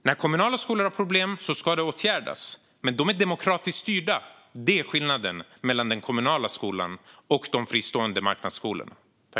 När kommunala skolor har problem ska de åtgärdas, men de är demokratiskt styrda. Det är skillnaden mellan den kommunala skolan och de fristående marknadsskolorna.